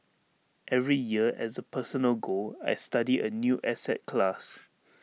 every year as A personal goal I study A new asset class